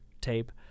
tape